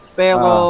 pero